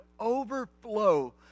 overflow